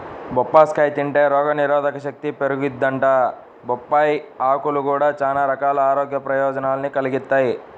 బొప్పాస్కాయ తింటే రోగనిరోధకశక్తి పెరిగిద్దంట, బొప్పాయ్ ఆకులు గూడా చానా రకాల ఆరోగ్య ప్రయోజనాల్ని కలిగిత్తయ్